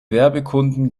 werbekunden